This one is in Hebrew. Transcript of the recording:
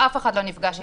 אף אחד לא נפגש אתם.